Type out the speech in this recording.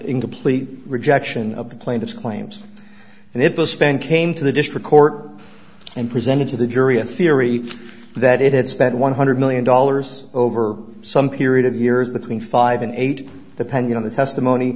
in complete rejection of the plaintiff's claims and if a spend came to the district court and presented to the jury a theory that it had spent one hundred million dollars over some period of years between five and eight depending on the testimony